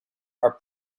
are